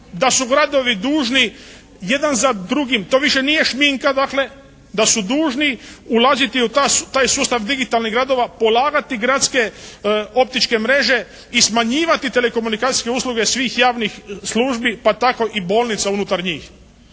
Da su gradovi dužni jedan za drugim, to više nije šminka dakle, da su dužni ulaziti u taj sustav digitalnih gradova, polagati gradske optičke mreže i smanjivati telekomunikacijske usluge svih javnih službi pa tako i bolnica unutar njih,